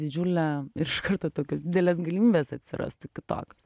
didžiulė ir iš karto tokios didelės galimybės atsirastų kitokios